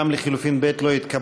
גם לחלופין (ב) לא התקבלה.